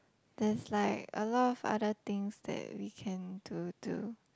there's like a lot of other things that we can do to